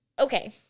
okay